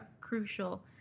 crucial